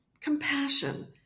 compassion